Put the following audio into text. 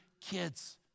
kids